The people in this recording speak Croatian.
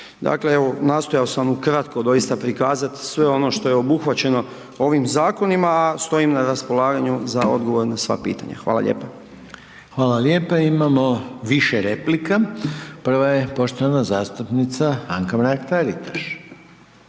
Dakle, evo, nastojao sam ukratko doista prikazati sve ono što je obuhvaćeno ovim Zakonima, a stojim na raspolaganju za odgovor na sva pitanja. Hvala lijepa. **Reiner, Željko (HDZ)** Hvala lijepa. Imamo više replika, prva je poštovana zastupnica Anka Mrak Taritaš.